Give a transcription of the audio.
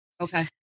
Okay